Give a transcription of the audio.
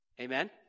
Amen